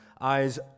eyes